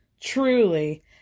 truly